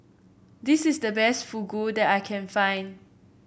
this is the best Fugu that I can find